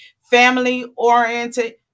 family-oriented